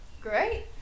Great